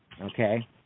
Okay